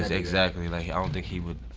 exactly like i don't think he would.